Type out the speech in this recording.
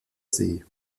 see